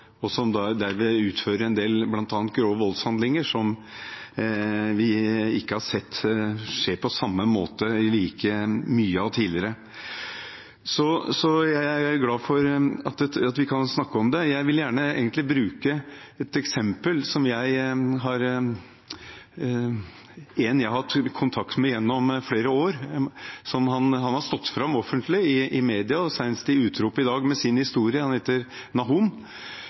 og at de har manglende impulskontroll, og at de derfor utfører bl.a. en del grove voldshandlinger som vi ikke har sett skje på samme måte – eller sett like mye av – tidligere. Så jeg er glad for at vi kan snakke om det. Jeg vil gjerne bruke et eksempel, en jeg har hatt kontakt med gjennom flere år. Han har stått fram offentlig, i media, senest i Utrop i dag, med sin historie. Han heter Nahom,